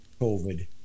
COVID